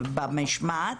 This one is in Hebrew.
במשמעת,